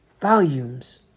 Volumes